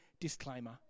disclaimer